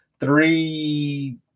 three